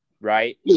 right